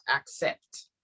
accept